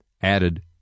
added